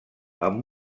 amb